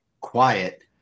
quiet